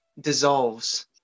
dissolves